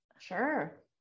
sure